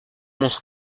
montre